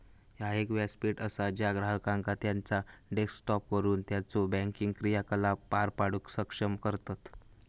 ह्या एक व्यासपीठ असा ज्या ग्राहकांका त्यांचा डेस्कटॉपवरसून त्यांचो बँकिंग क्रियाकलाप पार पाडूक सक्षम करतत